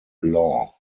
law